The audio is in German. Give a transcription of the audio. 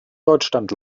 deutschland